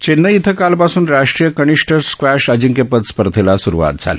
चेन्नई इथं कालपासून राष्ट्रीय कनिष्ठ स्क्वाश अजिंक्यपद स्पर्धेला स्रुवात झाली